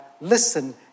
listen